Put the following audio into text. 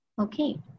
Okay